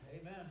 Amen